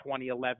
2011